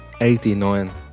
89